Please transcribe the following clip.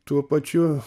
tuo pačiu